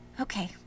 Okay